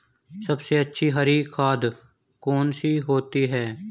सबसे अच्छी हरी खाद कौन सी होती है?